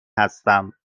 هستم